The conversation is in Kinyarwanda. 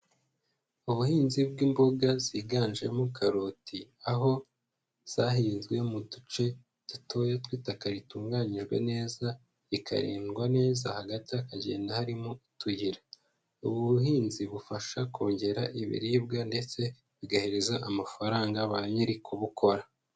Ubuhinzi bw'imboga ziganjemo karoti aho zahinzwe mu duce dutoya tw'itaka ritunganyijwe neza rikarindwa neza hagati hakagenda harimo utuyira, ubuhinzi bufasha kongera ibiribwa ndetse bigahereza amafaranga ba nyiri kubukora.